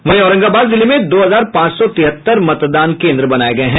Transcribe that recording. वहीं औरंगाबाद जिले में दो हजार पांच सौ तिहत्तर मतदान केन्द्र बनाये गये हैं